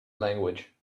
language